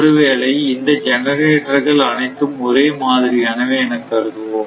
ஒருவேளை இந்த ஜெனரேட்டர்கள் அனைத்தும் ஒரே மாதிரியானவை என்று கருதுவோம்